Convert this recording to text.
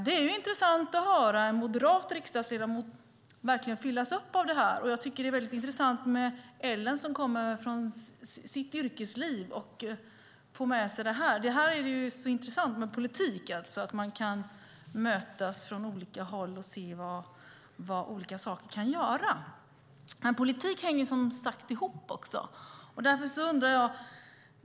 Det är intressant att höra en moderat riksdagsledamot verkligen fyllas upp av detta. Det är intressant att Ellen tar med sin bakgrund i sitt yrkesliv i dessa frågor. Det här är vad som är så intressant med politik, det vill säga att man kan mötas från olika håll och se vad olika saker kan åstadkomma. Politik hänger ihop.